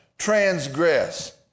transgress